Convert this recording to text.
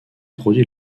produit